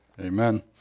Amen